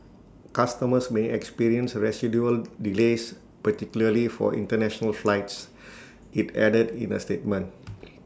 customers may experience residual delays particularly for International flights IT added in A statement